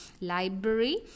library